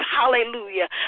Hallelujah